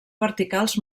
verticals